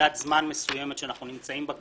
בנקודת זמן מסוימת שאנחנו נמצאים בה כרגע,